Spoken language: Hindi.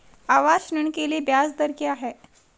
आवास ऋण के लिए ब्याज दर क्या हैं?